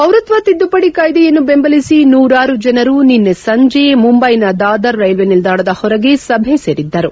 ಪೌರತ್ವ ತಿದ್ದುಪಡಿ ಕಾಯ್ದೆಯನ್ನು ಬೆಂಬಲಿಸಿ ನೂರಾರು ಜನರು ನಿನ್ನೆ ಸಂಜೆ ಮುಂಬೈನ ದಾದರ್ ರೈಲ್ವೆ ನಿಲ್ದಾಣದ ಹೊರಗೆ ಸಭೆ ಸೇರಿದ್ದರು